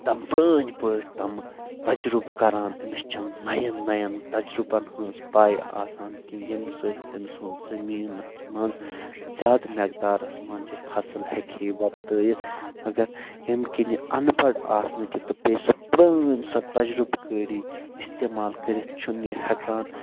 تَم پٔرٲنۍ پٲٹھۍ تَمہِ تجرُبہٕ کَران أمِس چھنہٕ نایٚن نایٚن تجرُبن ہنٛز پاے آسان کیٚنہہ ییٚمہِ سۭتۍ أمہِ سُند زٔمیٖنس منٛز زیادٕ مٮ۪قدارس منٛز یہِ فصل ہیٚکہِ ہے وۄپدٲیتھ مگر اَمہِ کنہِ اَن پڑ آسنہٕ کہِ تہٕ بیٚیہِ سُہ پٔرٲنۍ سۄ تجرُبہٕ کٲری استعمال کٔرتھ چھُنہٕ یہِ ہیٚکان